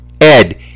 Ed